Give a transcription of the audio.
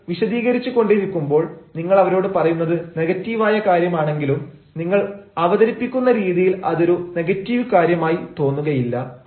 നിങ്ങൾ വിശദീകരിച്ചു കൊണ്ടിരിക്കുമ്പോൾ നിങ്ങൾ അവരോട് പറയുന്നത് നെഗറ്റീവായ കാര്യമാണെങ്കിലും നിങ്ങൾ അവതരിപ്പിക്കുന്ന രീതിയിൽ അതൊരു നെഗറ്റീവ് കാര്യമായി തോന്നുകയില്ല